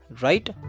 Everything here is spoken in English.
right